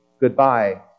goodbye